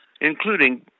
including